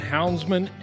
Houndsman